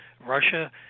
Russia